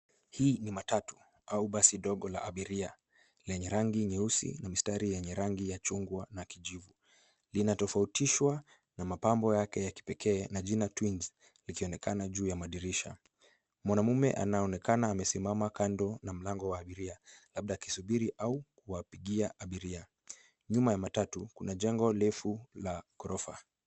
Hii ni matatu au basi ndogo la abira lenye rangi nyeusi na mistari yenye rangi ya chungwa na kijivu. Linatofautishwa na mapambo yake ya kipekee na jina Twins likionekana juu ywa madirisha. Mwamaume anaonekana amesimama kando ya mlango wa abiria, labda akisubiri au kuwapigia abiria. Nyuma ya matatu kuna jengo refu la ghorofa.